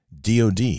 DOD